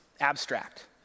abstract